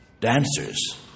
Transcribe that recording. dancers